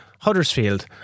Huddersfield